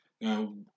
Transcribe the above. Now